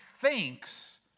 thinks